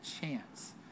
chance